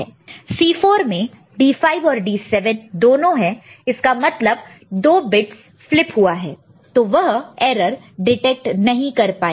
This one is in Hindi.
C4 में D5 और D7 दोनों है इसका मतलब 2 बिट्स फ्लिप हुआ है तो वह एरर डिटेक्ट नहीं कर पाएगा